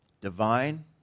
Divine